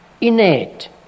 innate